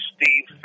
Steve